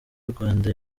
urwanda